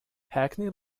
hackney